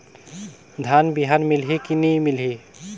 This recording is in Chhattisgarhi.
धान बिहान मिलही की नी मिलही?